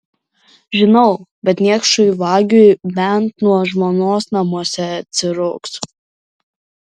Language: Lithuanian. žinau bet niekšui vagiui bent nuo žmonos namuose atsirūgs